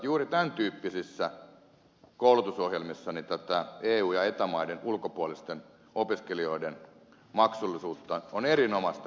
juuri tämän tyyppisissä koulutusohjelmissa tätä eu ja eta maiden ulkopuolisten opiskelijoiden maksullisuutta on erinomaista kokeilla